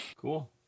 Cool